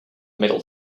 metal